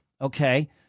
Okay